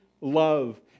love